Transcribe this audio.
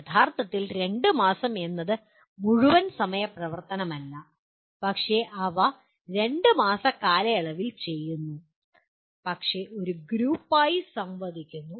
അർത്ഥത്തിൽ 2 മാസം എന്നത് മുഴുവൻ സമയ പ്രവർത്തനമല്ല പക്ഷേ അവ 2 മാസ കാലയളവിൽ ചെയ്യുന്നു പക്ഷേ ഒരു ഗ്രൂപ്പായി സംവദിക്കുന്നു